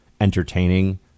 entertaining